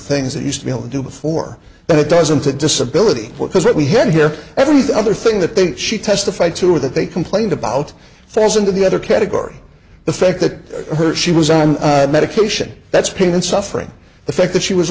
things that used to be able to do before but it doesn't fit disability which is what we have here every the other thing that they she testified to or that they complained about fares into the other category the fact that her she was on medication that's pain and suffering the fact that she was